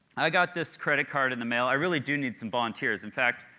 i got this credit card in the mail. i really do need some volunteers, in fact,